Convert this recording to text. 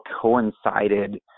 coincided